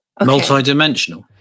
Multidimensional